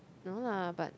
no lah but